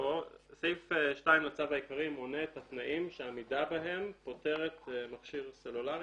סעיף 2 לצו העיקרי מונה את התנאים שעמידה בהם פוטרת מכשיר סלולרי,